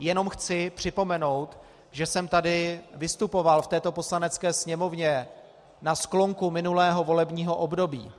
Jenom chci připomenout, že jsem vystupoval v této Poslanecké sněmovně na sklonku minulého volebního období.